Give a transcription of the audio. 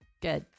Good